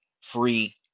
Free